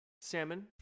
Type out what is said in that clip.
salmon